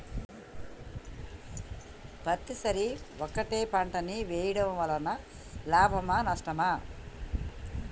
పత్తి సరి ఒకటే పంట ని వేయడం వలన లాభమా నష్టమా?